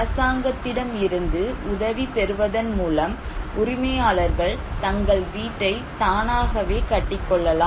அரசாங்கத்திடமிருந்து உதவி பெறுவதன் மூலம் உரிமையாளர்கள் தங்கள் வீட்டை தானாகவே கட்டிக்கொள்ளலாம்